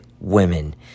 women